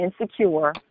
insecure